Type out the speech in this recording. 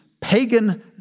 pagan